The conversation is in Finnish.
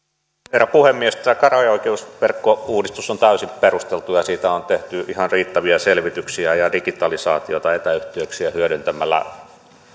herra puhemies tämä käräjäoikeusverkkouudistus on täysin perusteltu ja siitä on tehty ihan riittäviä selvityksiä ja digitalisaatiota etäyhteyksiä hyödyntämällä